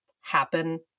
happen